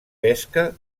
pesca